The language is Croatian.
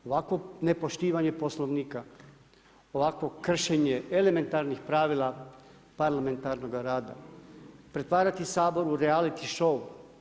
Ovakvo nepoštivanje Poslovnika, ovakvo kršenje elementarnih pravila parlamentarnoga rada, pretvarati Sabor u reality show.